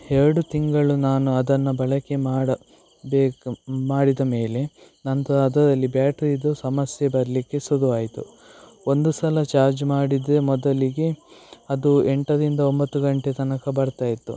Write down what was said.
ಎರಡು ತಿಂಗಳು ನಾನು ಅದನ್ನು ಬಳಕೆ ಮಾಡಬೇಕು ಮಾಡಿದ ಮೇಲೆ ನಂತರ ಅದರಲ್ಲಿ ಬ್ಯಾಟ್ರಿದು ಸಮಸ್ಯೆ ಬರಲಿಕ್ಕೆ ಶುರು ಆಯಿತು ಒಂದು ಸಲ ಚಾರ್ಜ್ ಮಾಡಿದರೆ ಮೊದಲಿಗೆ ಅದು ಎಂಟರಿಂದ ಒಂಬತ್ತು ಗಂಟೆ ತನಕ ಬರ್ತಾ ಇತ್ತು